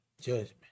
judgment